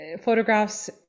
photographs